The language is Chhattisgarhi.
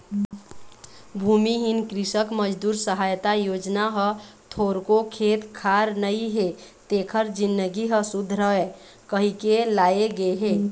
भूमिहीन कृसक मजदूर सहायता योजना ह थोरको खेत खार नइ हे तेखर जिनगी ह सुधरय कहिके लाए गे हे